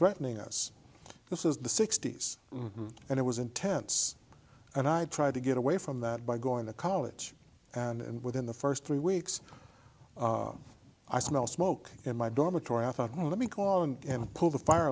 threatening us this is the sixty's and it was intense and i tried to get away from that by going to college and within the first three weeks i smell smoke in my dormitory i thought let me call in and pull the fire